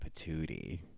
patootie